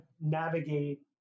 navigate